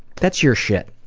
that's your shit,